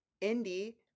Indy